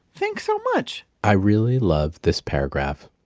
thanks so much i really loved this paragraph.